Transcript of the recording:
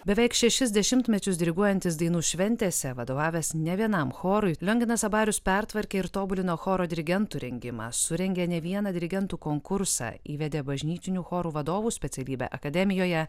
beveik šešis dešimtmečius diriguojantis dainų šventėse vadovavęs ne vienam chorui lionginas abarius pertvarkė ir tobulino choro dirigentų rengimą surengė ne vieną dirigentų konkursą įvedė bažnytinių chorų vadovų specialybę akademijoje